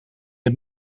het